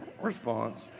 response